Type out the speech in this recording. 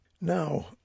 Now